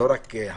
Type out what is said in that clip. לא רק הנציבות,